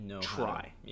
try